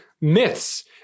myths